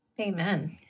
Amen